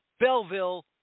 Belleville